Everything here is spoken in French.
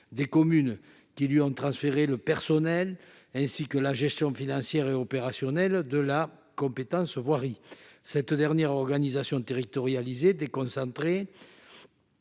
des communes qui lui ont transféré le personnel ainsi que la gestion financière et opérationnelle de la compétence voirie cette dernière organisation territorialisée des concentrés